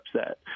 upset